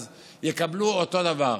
יקבלו אותו דבר.